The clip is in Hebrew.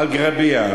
עפו אגראביה.